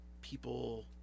people